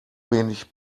wenig